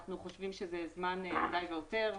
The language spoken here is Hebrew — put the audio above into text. אנחנו חושבים שזה זמן די והותר.